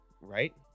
Right